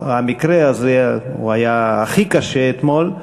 שהמקרה הזה היה הכי קשה אתמול,